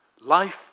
Life